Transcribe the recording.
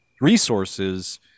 resources